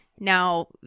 Now